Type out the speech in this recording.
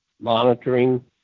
monitoring